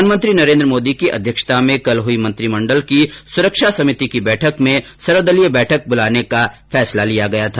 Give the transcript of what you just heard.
प्रधानमंत्री नरेन्द्र मोदी की अध्यक्षता में कल हुई मंत्रिमंडल की सुरक्षा समिति की बैठक में सर्वदलीय बैठक ब्रलाने का फैसला लिया गया था